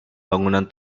bangunan